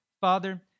Father